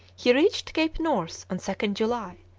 he reached cape north on second july,